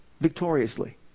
victoriously